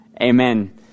Amen